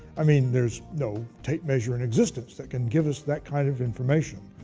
i mean, there's no tape measure in existence that can give us that kind of information,